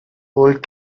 old